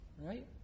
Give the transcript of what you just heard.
right